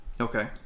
Okay